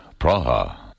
Praha